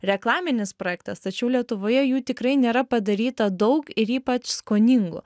reklaminis projektas tačiau lietuvoje jų tikrai nėra padaryta daug ir ypač skoningų